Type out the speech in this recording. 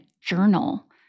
journal